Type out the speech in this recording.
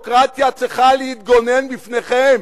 לכן הדמוקרטיה צריכה להתגונן בפניכם,